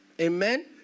Amen